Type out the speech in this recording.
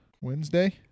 wednesday